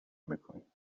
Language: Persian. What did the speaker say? میکنی